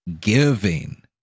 giving